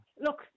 Look